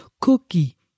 cookie